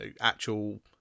actual